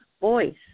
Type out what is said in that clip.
voice